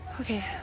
okay